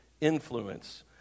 influence